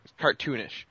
cartoonish